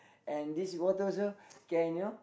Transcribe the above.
and this bottle also can you know